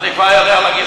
אני כבר יודע להגיד,